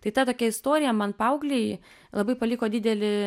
tai ta tokia istorija man paauglei labai paliko didelį